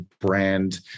brand